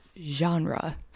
Genre